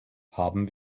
haben